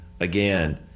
again